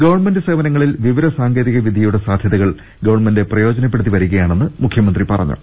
government സേവനങ്ങളിൽ വിവരസാങ്കേതികവിദൃയുടെ സാധൃത കൾ ഗവൺമെന്റ് പ്രയോജനപ്പെടുത്തിവരികയാണെന്ന് മുഖൃമന്ത്രി പറഞ്ഞു